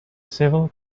civil